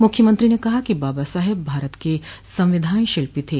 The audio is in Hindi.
उन्होंने कहा कि बाबा साहेब भारत के संविधान शिल्पी थे